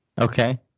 Okay